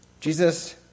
Jesus